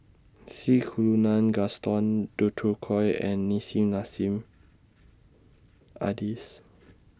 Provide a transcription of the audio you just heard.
C Kunalan Gaston Dutronquoy and Nissim Nassim Adis